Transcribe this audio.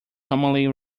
commonly